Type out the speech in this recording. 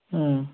হুম